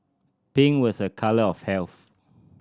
pink was a colour of health